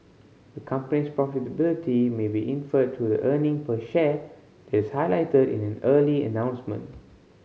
a company's profitability may be inferred through the earning per share is highlighted in an earning announcement